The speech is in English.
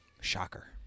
Shocker